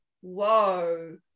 whoa